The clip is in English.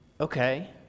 Okay